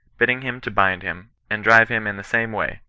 bidding him to bind him, and drive him in the same way,